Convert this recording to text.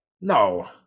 No